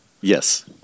Yes